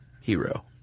hero